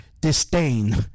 disdain